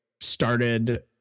started